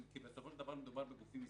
כי בסופו של דבר מדובר בגופים עסקיים.